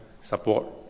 support